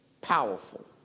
powerful